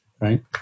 right